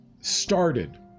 started